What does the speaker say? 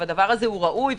זה ראוי,